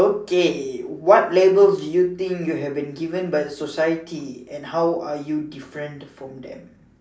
okay what labels do you think you have been given by society and how are you different from them